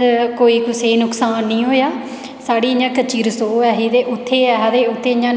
कोई कुसै गी नुक्सान नीं होएया साढ़ी इ'यां कच्ची रसो ऐ ही ते उत्थै ऐ हा ते उत्थै इ'यां